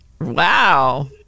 Wow